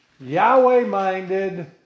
Yahweh-minded